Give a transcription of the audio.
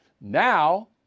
Now